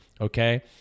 okay